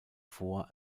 vor